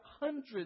hundreds